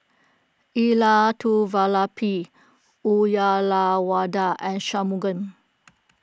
Elattuvalapil Uyyalawada and Shunmugam